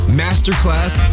masterclass